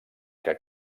que